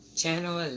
channel